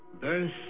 Birth